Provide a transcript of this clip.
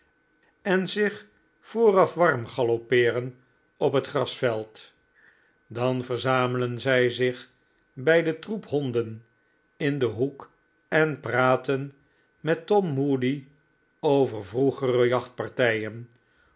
en zich vooraf warm galoppeeren om het grasveld dan verzamelen zij zich bij den troep honden in den hoek en praten met tom moody over vroegere